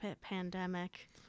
pandemic